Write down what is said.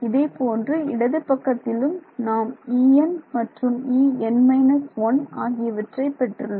இதே போன்று இடது பக்கத்திலும் நாம் En En−1 ஆகியவற்றை பெற்றுள்ளோம்